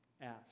Ask